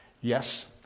Yes